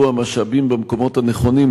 שיושקעו המשאבים במקומות הנכונים,